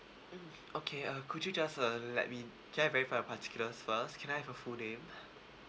mm okay uh could you just uh let me can I verify your particulars first can I have your full name